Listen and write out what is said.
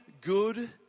good